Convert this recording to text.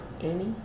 Amy